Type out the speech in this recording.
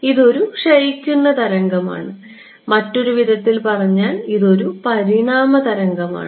ഇതൊരു ക്ഷയിക്കുന്ന തരംഗമാണ് മറ്റൊരു വിധത്തിൽ പറഞ്ഞാൽ ഇത് ഒരു പരിണാമ തരംഗമാണ്